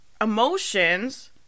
emotions